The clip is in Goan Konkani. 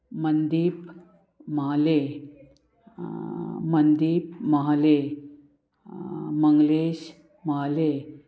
मनदीप म्हाले मनदीप म्हाले मंगलेश म्हाले